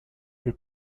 per